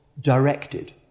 directed